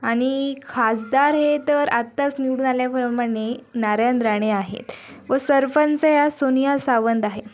आणि खासदार हे तर आताच निवडून आल्याप्रमाणे नारायण राणे आहेत व सरपंच या सोनिया सावंत आहे